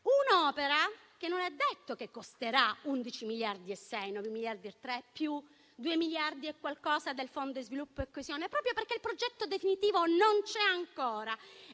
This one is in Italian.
un'opera che non è detto che costerà 11,6 miliardi (9,3 miliardi più 2 miliardi e qualcosa del Fondo di sviluppo e coesione), proprio perché il progetto definitivo non c'è ancora